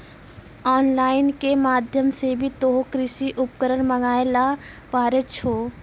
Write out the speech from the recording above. on line के माध्यम से भी तोहों कृषि उपकरण मंगाय ल पारै छौ